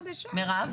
מירב,